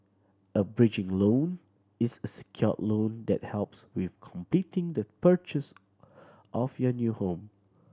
a bridging loan is a secured loan that helps with completing the purchase of your new home